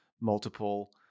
multiple